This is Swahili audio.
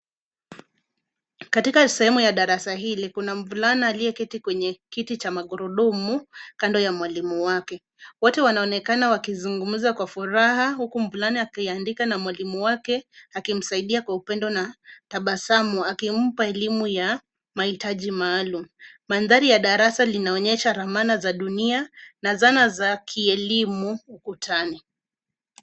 Katika sehemu ya darasa hili kuna mvulana aliyeketi kwenye kiti cha magurudumu kando ya mwalimu wake. Wote wanaonekana wakizungumza kwa furaha huku mvulana akiandika na mwalimu wake akimsaidia kwa upendo na tabasamu, akimpa elimu ya mahitaji maalum. Mandhari ya darasa linaonyesha ramani za dunia na dhana za kielimu ukutani.